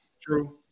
True